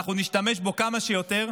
אנחנו נשתמש בו כמה שיותר,